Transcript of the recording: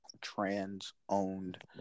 trans-owned